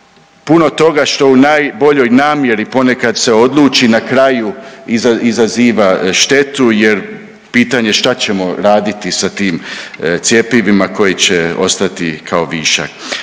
puno toga što u najboljoj namjeri ponekad se odluči na kraju izaziva štetu jer pitanje šta ćemo raditi sa tim cjepivima koje će ostati kao višak.